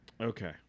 Okay